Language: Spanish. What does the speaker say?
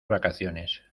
vacaciones